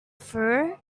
through